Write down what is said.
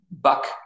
buck